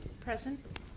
Present